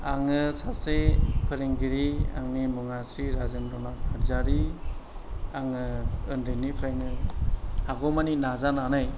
आङो सासे फोरोंगिरि आंनि मुङा स्रि राजेन्द्रनाथ नारजारि आङो उन्दैनिफ्रायनो हागौमानि नाजानानै